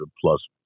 plus